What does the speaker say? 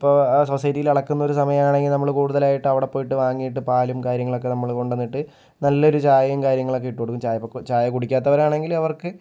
ഇപ്പോൾ ആ സൊസൈറ്റിയിൽ അളക്കുന്ന ഒരു സമയം ആണെങ്കിൽ നമ്മൾ കൂടുതലായിട്ട് അവിടെ പോയിട്ട് വാങ്ങിയിട്ട് പാലും കാര്യങ്ങളൊക്കെ നമ്മൾ കൊണ്ട് വന്നിട്ട് നല്ലൊരു ചായയും കാര്യങ്ങളൊക്കെ ഇട്ട് കൊടുക്കും ചായ കുടിക്കാത്തവർ ആണെങ്കിൽ അവർക്ക്